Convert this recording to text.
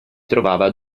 trovava